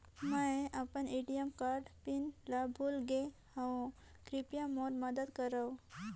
मैं अपन ATM pin ल भुला गे हवों, कृपया मोर मदद करव